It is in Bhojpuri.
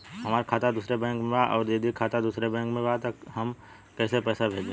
हमार खाता दूसरे बैंक में बा अउर दीदी का खाता दूसरे बैंक में बा तब हम कैसे पैसा भेजी?